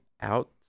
out